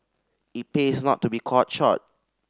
it pays not to be caught short